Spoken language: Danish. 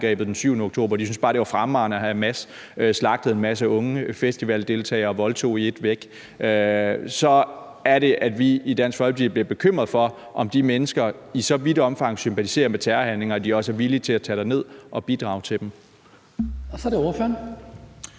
Så er det ordføreren.